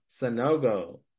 Sanogo